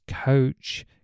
coach